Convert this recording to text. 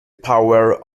power